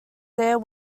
there